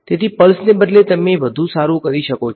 તેથી પલ્સને બદલે તમે વધુ સારું કરી શકો છો